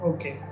Okay